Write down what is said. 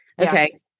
Okay